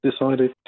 decided